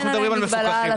אנחנו מדברים על המפוקחים.